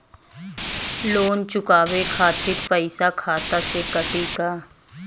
Loan चुकावे खातिर पईसा खाता से कटी का?